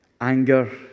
anger